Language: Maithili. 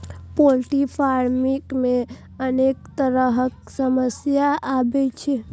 पोल्ट्री फार्मिंग मे अनेक तरहक समस्या आबै छै